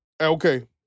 Okay